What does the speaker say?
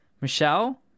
michelle